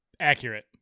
Accurate